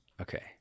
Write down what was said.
Okay